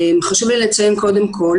חשוב לי לציין קודם כול